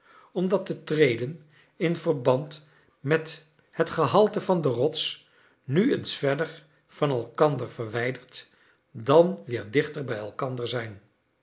omdat de treden in verband met het gehalte van de rots nu eens verder van elkander verwijderd dan weer dichter bij elkander zijn